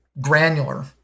granular